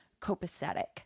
copacetic